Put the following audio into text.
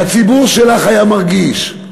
והציבור שלך היה מרגיש,